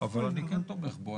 אבל אני כן תומך בו.